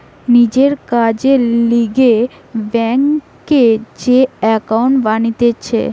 নিজের কাজের লিগে ব্যাংকে যে একাউন্ট বানাতিছে